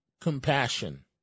compassion